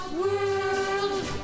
world